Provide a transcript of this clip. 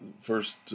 first